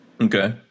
Okay